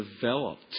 developed